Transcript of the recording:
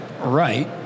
right